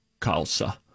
Kalsa